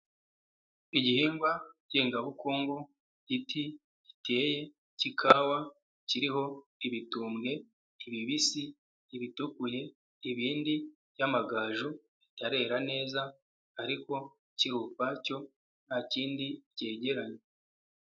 Igihingwa ngengabukungu igiti giteye k'ikawa kiriho: ibitumbwe, ibibisi, ibitukuye ibindi by'amagaju, bitarera neza ariko kiri ukwacyo ntakindi byegeranye.